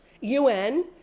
UN